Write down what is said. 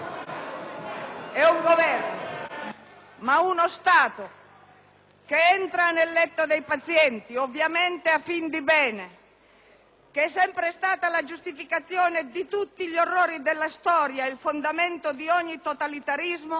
BONINO *(PD)*. Uno Stato che entra nel letto dei pazienti, ovviamente a fin di bene (che è sempre stata la giustificazione di tutti gli orrori della storia e il fondamento di ogni totalitarismo),